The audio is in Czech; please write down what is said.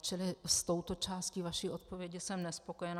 Čili s touto částí vaší odpovědi jsem nespokojena.